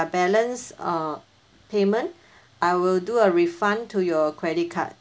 balance err payment I will do a refund to your credit card